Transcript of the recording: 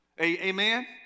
Amen